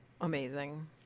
Amazing